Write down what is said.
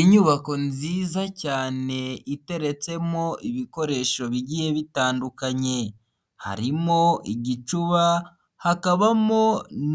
Inyubako nziza cyane iteretsemo ibikoresho bigiye bitandukanye, harimo igicuba, hakabamo